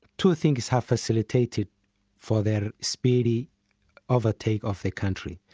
two things have facilitated for their speedy overtake of the country.